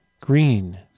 Green